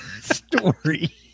story